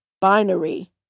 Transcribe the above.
binary